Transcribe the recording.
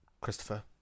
Christopher